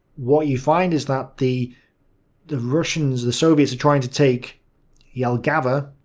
what you find is that the the russians, the soviets, are trying to take jelgava,